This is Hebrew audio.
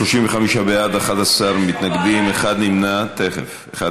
בעד, 35, נגד, 11, נמנע אחד.